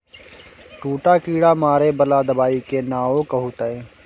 दूटा कीड़ा मारय बला दबाइक नाओ कहू तए